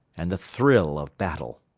and the thrill of battle.